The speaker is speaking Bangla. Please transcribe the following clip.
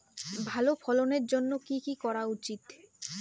ভালো ফলনের জন্য কি কি করা উচিৎ?